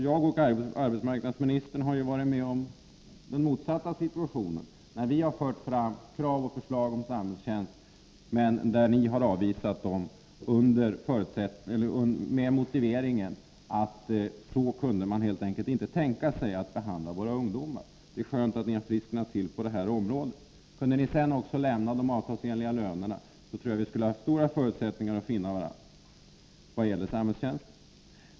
Jag och arbetsmarknadsministern har ju varit med om den motsatta situationen, när vi fört fram krav och förslag om samhällstjänst men där ni avvisat dessa krav med motiveringen att så kunde man helt enkelt inte tänka sig att behandla våra ungdomar. Det är skönt att ni frisknat till i det avseendet. Kunde ni sedan också lämna de avtalsenliga lönerna, tror jag att vi skulle ha stora förutsättningar att finna varandra vad det gäller samhällstjänsten.